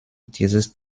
dieses